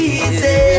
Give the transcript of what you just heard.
Easy